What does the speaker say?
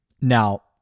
Now